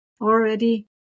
already